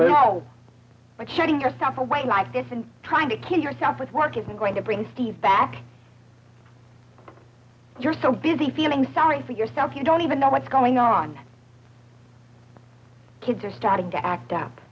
of shutting yourself away like this and trying to kill yourself with work isn't going to bring steve back you're so busy feeling sorry for yourself you don't even know what's going on kids are starting to act